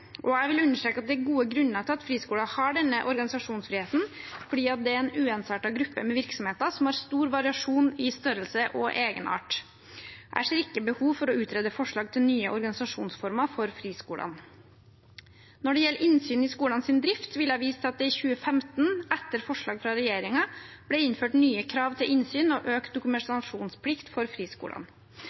Jeg vil understreke at det er gode grunner til at friskoler har denne organisasjonsfriheten, for det er en uensartet gruppe med virksomheter som har stor variasjon i størrelse og egenart. Jeg ser ikke behov for å utrede forslag til nye organisasjonsformer for friskolene. Når det gjelder innsyn i skolenes drift, vil jeg vise til at det i 2015, etter forslag fra regjeringen, ble innført nye krav til innsyn og økt dokumentasjonsplikt for friskolene.